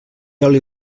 oli